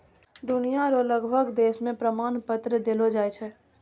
दुनिया रो लगभग देश मे प्रमाण पत्र देलो जाय छै